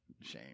Shame